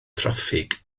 traffig